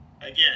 again